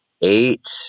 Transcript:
eight